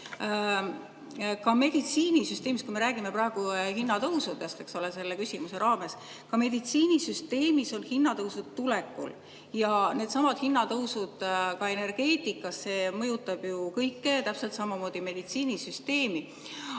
on veelgi vähenenud. Me räägime praegu hinnatõusudest, eks ole, selle küsimuse raames, ja ka meditsiinisüsteemis on hinnatõusud tulekul. Needsamad hinnatõusud, ka energeetikas, mõjutavad ju kõike, täpselt samamoodi ka meditsiinisüsteemi. Aga